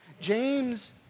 James